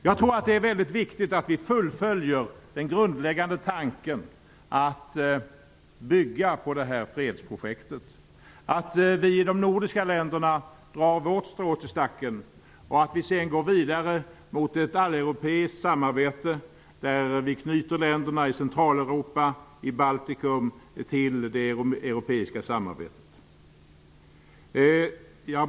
Jag tror att det är mycket viktigt att vi fullföljer den grundläggande tanken, att vi bygger på detta fredsprojekt, att vi i de nordiska länderna drar vårt strå till stacken och att vi sedan går vidare mot ett alleuropeiskt samarbete, där vi knyter länderna i Centraleuropa och Baltikum till det europeiska samarbetet.